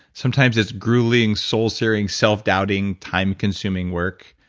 sometimes it's grueling, soul-searing, self-doubting, time-consuming work,